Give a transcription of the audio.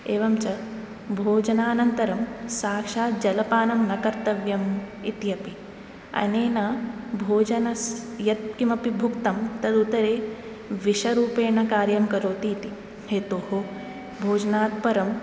एवञ्च भोजनानन्तरं साक्षात् जलपानं न कर्तव्यम् इत्यपि अनेन भोजनस् यत्किमपि भुक्तं तदुदरे विषरूपेण कार्यं करोति इति हेतोः भोजनात् परं